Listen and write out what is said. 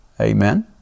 Amen